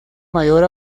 mayor